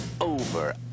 over